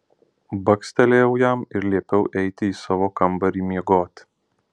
bakstelėjau jam ir liepiau eiti į savo kambarį miegoti